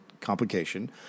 complication